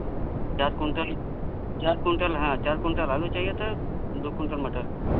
चार कुंटल चार कुंटल हाँ चार कुंटल आलू चाहिए था दो कुंटल मटर